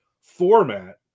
format